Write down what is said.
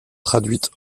traduites